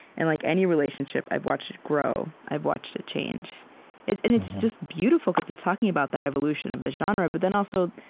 and like any relationship, i've watched it grow i've watched it change. and it's just beautiful, because it's talking about that evolution of the genre but then, also,